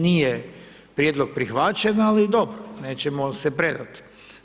Nije prijedlog prihvaćen ali dobro, nećemo se predati.